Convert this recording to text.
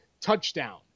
touchdown